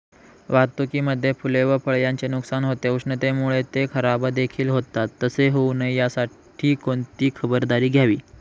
वाहतुकीमध्ये फूले व फळे यांचे नुकसान होते, उष्णतेमुळे ते खराबदेखील होतात तसे होऊ नये यासाठी कोणती खबरदारी घ्यावी?